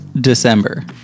December